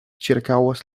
ĉirkaŭas